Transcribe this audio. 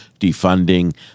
defunding